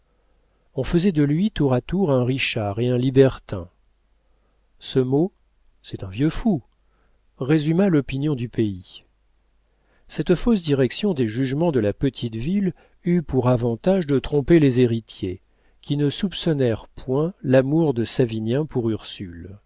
on faisait de lui tour à tour un richard et un libertin ce mot c'est un vieux fou résuma l'opinion du pays cette fausse direction des jugements de la petite ville eut pour avantage de tromper les héritiers qui ne soupçonnèrent point l'amour de savinien pour ursule